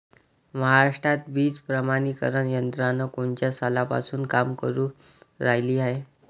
महाराष्ट्रात बीज प्रमानीकरण यंत्रना कोनच्या सालापासून काम करुन रायली हाये?